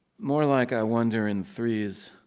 more like i wonder in threes.